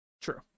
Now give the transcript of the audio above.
True